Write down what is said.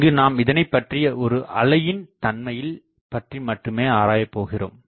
இங்கு நாம் இதனைப்பற்றிய ஒரு அலையின் தன்மையில் பற்றி மட்டுமே ஆராயப்போகிறோம்